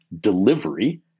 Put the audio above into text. delivery